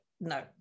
no